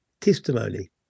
testimony